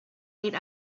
late